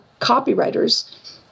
copywriters